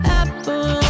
apple